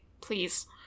Please